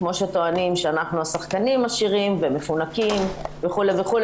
כמו שטוענים שאנחנו השחקנים עשירים ומפונקים וכו' וכו',